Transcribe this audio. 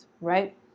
right